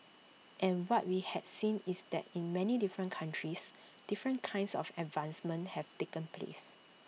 and what we had seen is that in many different countries different kinds of advancements have taken place